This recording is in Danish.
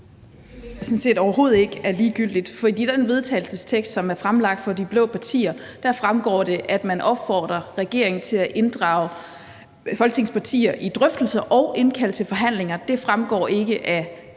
jeg sådan set overhovedet ikke er ligegyldigt, for af det forslag til vedtagelse, der er fremsat af de blå partier, fremgår det, at man opfordrer regeringen til at inddrage Folketingets partier i drøftelser og indkalde til forhandlinger. Det fremgår ikke af